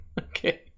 okay